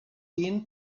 been